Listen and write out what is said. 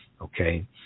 Okay